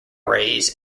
rays